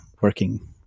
working